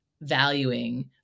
valuing